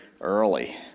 early